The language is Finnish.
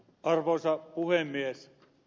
arvoisa puhemies